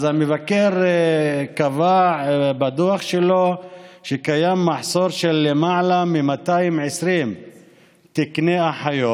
אז המבקר קבע בדוח שלו שקיים מחסור של למעלה מ-220 תקני אחיות